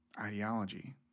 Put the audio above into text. ideology